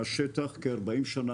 גל ברנס רכז כלכלה